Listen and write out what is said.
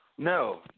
No